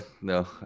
no